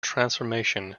transformation